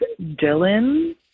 Dylan